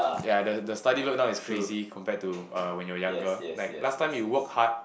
ya the the study load now is crazy compared to uh when you are younger like last time you work hard